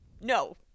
No